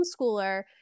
homeschooler